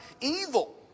evil